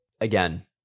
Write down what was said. again